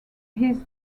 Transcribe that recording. his